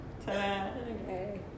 Okay